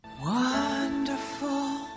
Wonderful